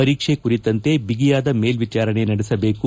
ಪರೀಕ್ಷೆ ಕುರಿತಂತೆ ಬಿಗಿಯಾದ ಮೇಲ್ವಿಚಾರಣೆ ನಡೆಸಬೇಕು